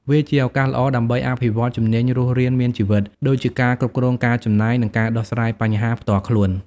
វាជាឱកាសល្អដើម្បីអភិវឌ្ឍជំនាញរស់រានមានជីវិត ដូចជាការគ្រប់គ្រងការចំណាយ និងការដោះស្រាយបញ្ហាផ្ទាល់ខ្លួន។